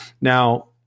Now